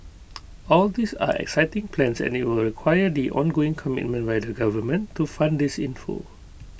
all these are exciting plans and IT will require the ongoing commitment by the government to fund this in full